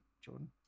Jordan